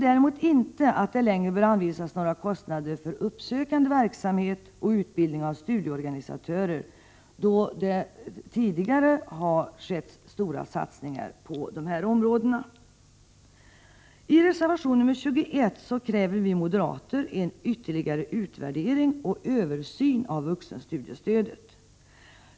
Däremot bör det inte längre anvisas medel för kostnader för uppsökande verksamhet och utbildning av studieorganisatörer, då det tidigare gjorts stora satsningar på dessa områden. I reservation 21 kräver vi moderater en ytterligare utvärdering och översyn av vuxenstudiestödet.